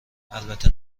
البته